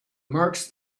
marks